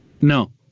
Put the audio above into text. No